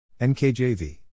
NKJV